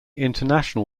international